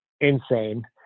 insane